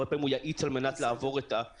הרבה פעמים הוא יאיץ על מנת לעבור את הצומת.